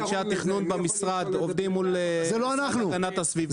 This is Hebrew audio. אנשי התכנון במשרד עובדים מול המשרד להגנת הסביבה